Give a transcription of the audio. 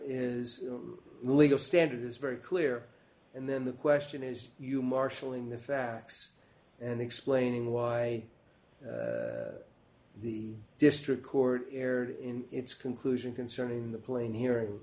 the legal standard is very clear and then the question is you marshalling the facts and explaining why the district court erred in its conclusion concerning the plane hearing